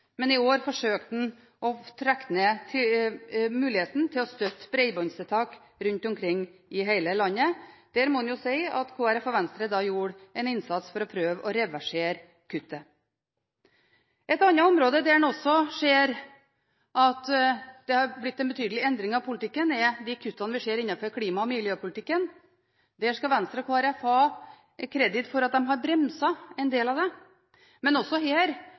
men i år forsøkte man å trekke ned muligheten til å støtte bredbåndstiltak rundt omkring i hele landet. Der må man si at Kristelig Folkeparti og Venstre gjorde en innsats for å prøve å reversere kuttet. Et annet område der man også ser at det har blitt en betydelig endring av politikken, er de kuttene vi ser innenfor klima- og miljøpolitikken. Der skal Venstre og Kristelig Folkeparti ha kreditt for at de har bremset en del av det, men også her